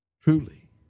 truly